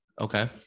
Okay